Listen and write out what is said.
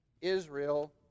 Israel